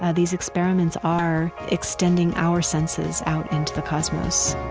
ah these experiments are extending our senses out into the cosmos